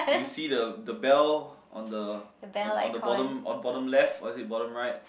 do you see the the bell on the on the bottom on the bottom left or is it bottom right